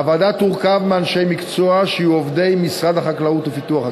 הוועדה תורכב מאנשי מקצוע שיהיו עובדי משרד החקלאות ופיתוח הכפר.